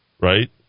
right